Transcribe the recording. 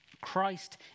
Christ